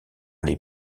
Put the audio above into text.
les